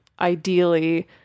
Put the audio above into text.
ideally